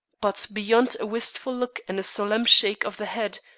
but beyond a wistful look and solemn shake of the head,